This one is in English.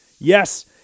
Yes